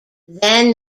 then